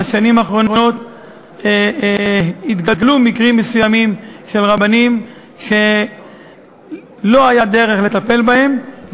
בשנים האחרונות התגלו מקרים מסוימים של רבנים שלא היה דרך לטפל בהם,